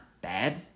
bad